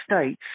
states